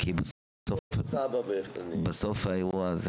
בתור סבא בהחלט --- בסוף באירוע הזה